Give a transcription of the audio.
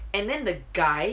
and then the guy